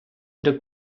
три